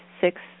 six